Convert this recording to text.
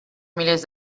milers